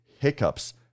hiccups